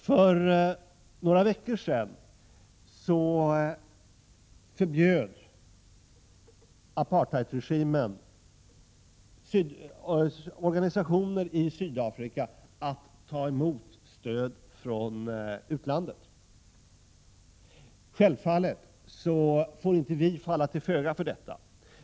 För några veckor sedan förbjöd apartheidregimen organisationer i Sydafrika att ta emot stöd från utlandet. Givetvis får vi inte falla till föga för detta.